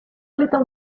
little